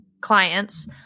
clients